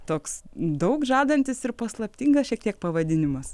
toks daug žadantis ir paslaptingas šiek tiek pavadinimas